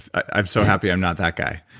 i'm so happy i'm not that guy